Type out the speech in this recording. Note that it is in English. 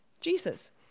Jesus